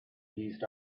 used